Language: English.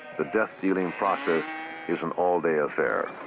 the death-dealing process is an all-day affair.